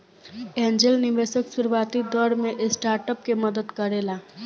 angel निवेशक शुरुआती दौर में स्टार्टअप के मदद करेला